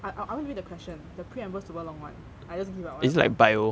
I I I went to read the question the preamble super long one I just give up whatever